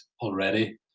already